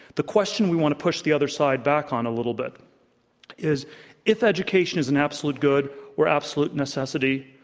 the question we want to push the other side back on a little bit is if education is an absolute good or absolute necessity,